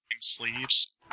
sleeves